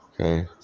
Okay